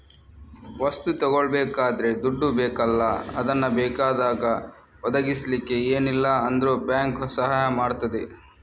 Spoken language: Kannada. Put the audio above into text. ವಸ್ತು ತಗೊಳ್ಬೇಕಾದ್ರೆ ದುಡ್ಡು ಬೇಕಲ್ಲ ಅದನ್ನ ಬೇಕಾದಾಗ ಒದಗಿಸಲಿಕ್ಕೆ ಏನಿಲ್ಲ ಅಂದ್ರೂ ಬ್ಯಾಂಕು ಸಹಾಯ ಮಾಡ್ತದೆ